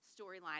storyline